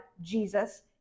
Jesus